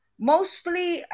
Mostly